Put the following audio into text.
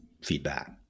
feedback